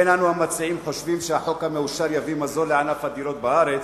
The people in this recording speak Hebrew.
אין אנו המציעים חושבים שהחוק המאושר יביא מזור לענף הדירות בארץ,